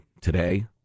today